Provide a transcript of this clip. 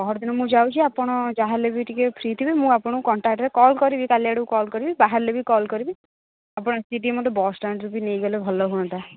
ପହରଦିନ ମୁଁ ଯାଉଛି ଆପଣ ଯାହା ହେଲେ ବି ଟିକେ ଫ୍ରି ଥିବେ ମୁଁ ଆପଣଙ୍କୁ କଣ୍ଟାକ୍ଟରେ କଲ୍ କରିବି କାଲି ଆଡ଼କୁ କଲ୍ କରିବି ବାହାରିଲେ ବି କଲ୍ କରିବି ଆପଣ ଆସିକି ଟିକେ ମୋତେ ବସଷ୍ଟାଣ୍ଡରୁ ବି ନେଇଗଲେ ଭଲ ହୁଅନ୍ତା